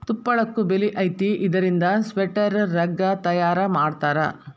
ತುಪ್ಪಳಕ್ಕು ಬೆಲಿ ಐತಿ ಇದರಿಂದ ಸ್ವೆಟರ್, ರಗ್ಗ ತಯಾರ ಮಾಡತಾರ